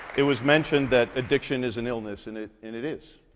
it was mentioned that addiction is an illness, and it and it is.